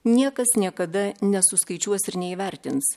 niekas niekada nesuskaičiuos ir neįvertins